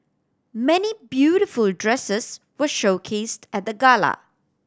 many beautiful dresses were showcased at the gala